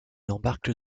embarque